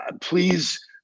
please